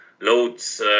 loads